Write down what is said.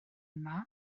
yma